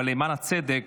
אבל למען הצדק,